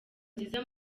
nziza